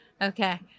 Okay